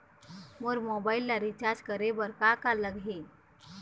मोर mobile ला recharge करे बर का का लगही?